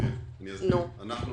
בתור